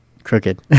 crooked